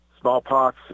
Smallpox